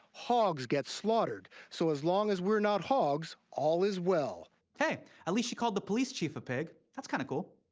hogs get slaughtered. so as long as we're not hogs, all is well hey, at least she called the police chief a pig. that's kinda cool.